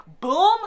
Boom